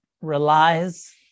relies